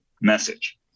message